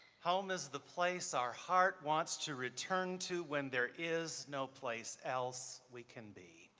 home is the place our heart wants to return to when there is no place else we can be.